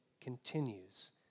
continues